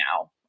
now